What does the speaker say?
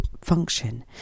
function